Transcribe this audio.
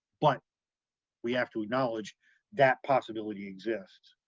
but we have to acknowledge that possibility exists.